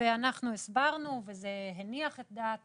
ואנחנו הסברנו - וזה הניח את דעת